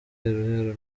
iheruheru